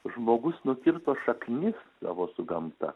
žmogus nukirto šaknis savo su gamta